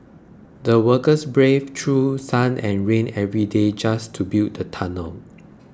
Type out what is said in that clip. the workers braved through sun and rain every day just to build the tunnel